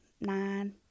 nine